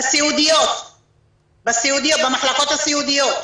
במחלקות הסיעודיות.